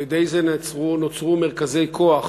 על-ידי זה נוצרו מרכזי כוח